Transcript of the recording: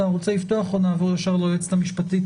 אתה רוצה לפתוח או שנעבור ישר ליועצת המשפטית?